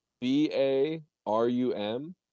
B-A-R-U-M